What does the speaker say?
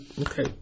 Okay